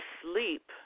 sleep